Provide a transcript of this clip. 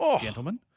gentlemen